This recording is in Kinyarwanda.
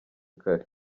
kare